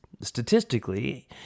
statistically